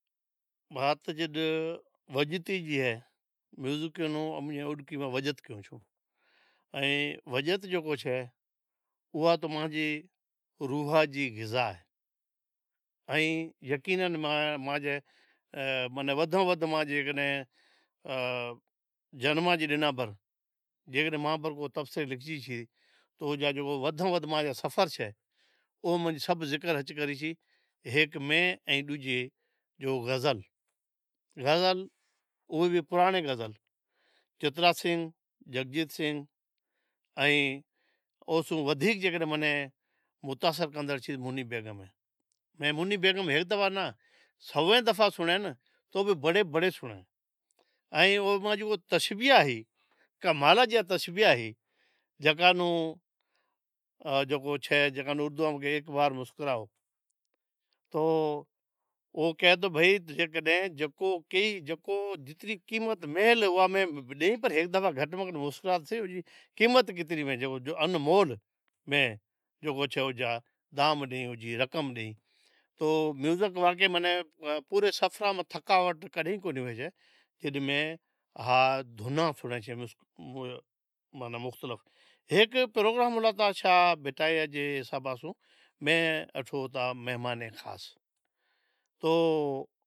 وات جتھ وجتی ھی۔ اے میوزک نو امین اوڈکی میں وجت کئون چھے۔ اوئا تو مانجے روح ری غذا اے ائیں یقینن مانجے ودھ ماں ودھ جیکڈیہں مانجی جنم جی ڈنام تپسری لکھجی چھے ۔ اوئے منج ذکر کریچھ ہیک مین ڈجی غزل غزل او بھی پرانڑے غزل چترا سنگھ، جگجیت سنگھ، ائیں او سوں منیں، ودھیک متاثر کندڑ چھے او منی بیگم، ائیں منی بیگم ہیک دفعا ناں سویں دفعا سنڑیں تو بھی بڑے بڑے سنڑیں، ائیں جو تشبیہاں اہیں کمال جیاں تشبیہاں اہیں جگاں نوں جکو چھے۔ ایڑدو میں کہیں ایک بار مسکرائو تو وہ کہے تو بھائی جیکڈنہں جکو کئی کو جتری قیمت میہل اوئاں میں ڈئی پر ہیک دفعا گھٹ میں گھٹ مسکرا تو سئی، قیمت کیتری میں جکو انمول میں جکو چھے دام ڈے رقم ڈی تو میوزک ماں نیں پوراں سفراں میں تھکاوٹ کڈھے۔ کونیں ہوشے جنیں میں دھناں سنڑیساں مختلف میں اٹھو تا مہمانی کھائیس تو